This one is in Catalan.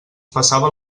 passaven